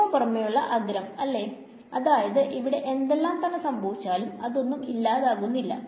ഏറ്റവും പുറമെയുള്ള അഗ്രംഅല്ലേ അതായത് അവിടെ എന്തെല്ലാം തന്നെ സംഭവിച്ചാലും അതൊന്നും ഇല്ലാതാകുന്നില്ല